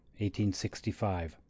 1865